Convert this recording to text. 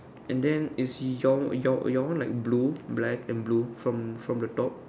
and then is your your your one like blue black and blue from from the top